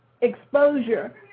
exposure